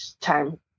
time